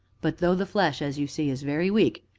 but though the flesh, as you see, is very weak,